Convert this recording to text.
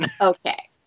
Okay